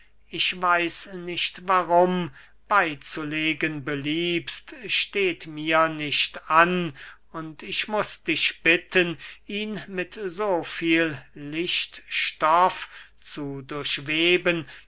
ich weiß nicht warum beyzulegen beliebst steht mir nicht an und ich muß dich bitten ihn mit so viel lichtstoff zu durchweben